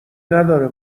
نداره